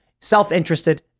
self-interested